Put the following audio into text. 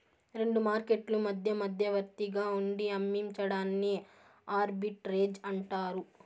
రెండు మార్కెట్లు మధ్య మధ్యవర్తిగా ఉండి అమ్మించడాన్ని ఆర్బిట్రేజ్ అంటారు